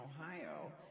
Ohio